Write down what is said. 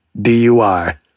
DUI